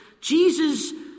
Jesus